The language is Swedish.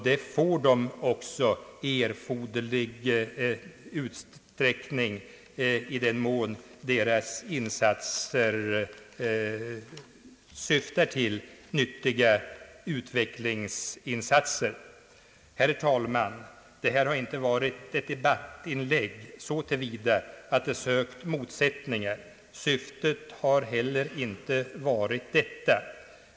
Det får de också i erforderlig utsträckning i den mån deras insatser syftar till nyttigt utvecklingsarbete. Herr talman! Detta har inte varit ett debattinlägg så till vida att det har sökt motsättningar. Syftet har inte varit detta.